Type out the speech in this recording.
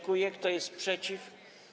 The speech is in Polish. Kto jest przeciw?